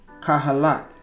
Kahalat